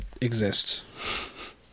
exists